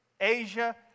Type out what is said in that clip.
Asia